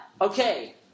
Okay